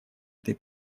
этой